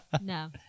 No